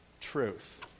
truth